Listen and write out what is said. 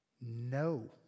No